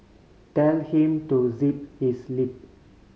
tell him to zip his lip